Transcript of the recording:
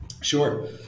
Sure